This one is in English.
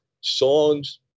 Songs